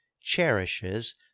cherishes